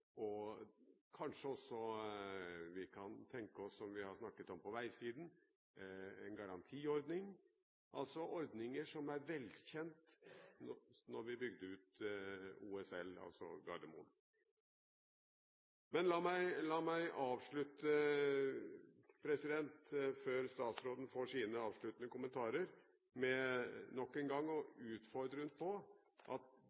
låneformer. Kanskje kan vi også tenke oss – som vi har snakket om når det gjelder veisiden – en garantiordning, dvs. ordninger som var velkjente da vi bygde ut OSL, altså Gardermoen. La meg avslutte, før statsråden får sine avsluttende kommentarer, med nok en gang å utfordre henne på at både dette prosjektet og